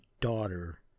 daughter